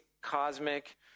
cosmic